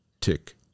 tick